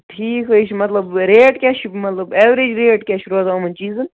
ٹھیٖک حظ چھِ مطلب ریٹ کیٛاہ چھِ مطلب اٮ۪وریج ریٹ کیٛاہ چھِ روزان یِمَن چیٖزَن